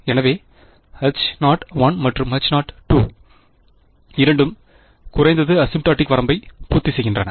எனவே H0 மற்றும் H0 இரண்டும் குறைந்தது அசிம்டாடிக் வரம்பை பூர்த்திசெய்கின்றன